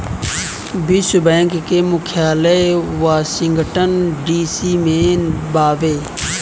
विश्व बैंक के मुख्यालय वॉशिंगटन डी.सी में बावे